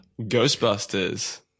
Ghostbusters